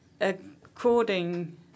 According